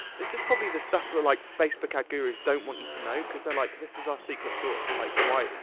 this is probably the stuff that, like, facebook ad gurus don't want you to know cause they're like, this is our secret sauce. like, why,